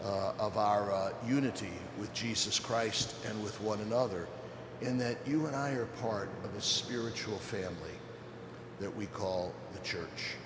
y of our unity with jesus christ and with one another and that you and i are part of the spiritual family that we call the church